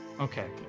Okay